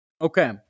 Okay